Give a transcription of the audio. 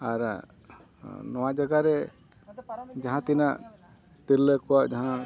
ᱟᱨ ᱱᱚᱣᱟ ᱡᱟᱭᱜᱟ ᱨᱮ ᱡᱟᱦᱟᱸ ᱛᱤᱱᱟᱹᱜ ᱛᱤᱨᱞᱟᱹ ᱠᱚᱣᱟᱜ ᱡᱟᱦᱟᱸ